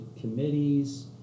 committees